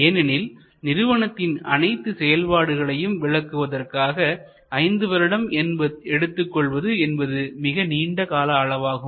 ஏனெனில் நிறுவனத்தின் அனைத்து செயல்பாடுகளையும் விளக்குவதற்காக ஐந்து வருடம் எடுத்துக் கொள்வது என்பது மிக நீண்ட கால அளவாகும்